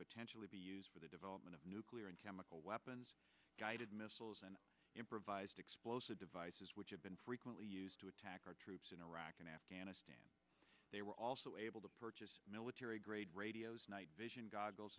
potentially be used for the development of nuclear and chemical weapons guided missiles and improvised explosive devices which have been frequently used to attack our troops in iraq and afghanistan they were also able to purchase military grade radios night vision goggles